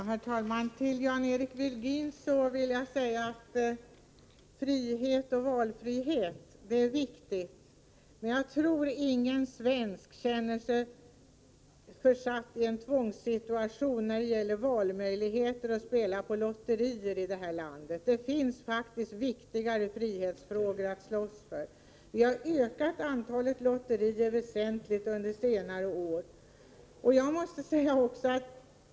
Herr talman! Till Jan-Eric Virgin vill jag säga att frihet och valfrihet är viktiga ting. Men jag tror inte att någon svensk känner sig försatt i en tvångssituation när det gäller möjligheterna att spela på lotterier i detta land. Det finns faktiskt viktigare frihetsfrågor att slåss för. Vi har ökat antalet lotterier väsentligt under senare år.